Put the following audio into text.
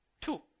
Two